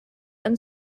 and